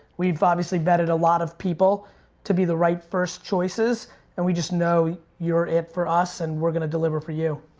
we've obviously vetted a lot of people to be the right first choices and we just know you're it for us and we're gonna deliver for you.